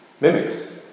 mimics